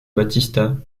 batista